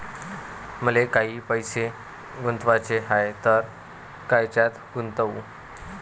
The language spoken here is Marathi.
मले काही पैसे गुंतवाचे हाय तर कायच्यात गुंतवू?